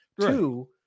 Two